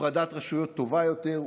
הפרדת רשויות טובה יותר,